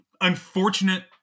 unfortunate